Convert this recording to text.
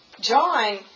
John